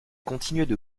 continuaient